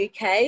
UK